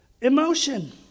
emotion